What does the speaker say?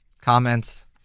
comments